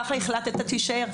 ככה החלטת, תישאר.